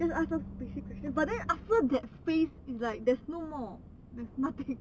then will ask some stupid question but then after that phrase like there is no more there is nothing